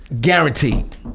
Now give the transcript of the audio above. Guaranteed